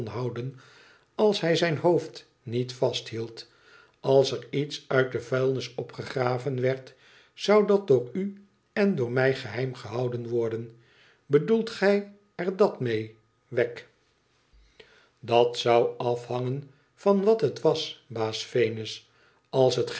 houden als hij zijn hoofd niet vasthield als er iets uit de vuilnis opgegraven werd zou dat door u en door mij geheim gehouden worden r bedoelt gij er dat mee wegg dat zou afhangen van wat het was baas venus als het